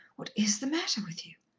what is the matter with you?